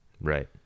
Right